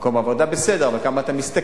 מקום עבודה, בסדר, אבל כמה אתה משתכר.